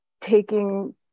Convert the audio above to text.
taking